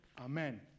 Amen